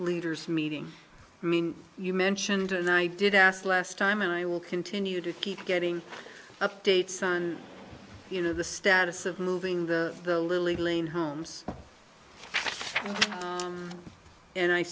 leaders meeting i mean you mentioned and i did asked last time and i will continue to keep getting updates son into the status of moving the the lily lane homes and i